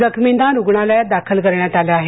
जखमींना रुग्णालयात दाखल करण्यात आलं आहे